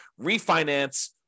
refinance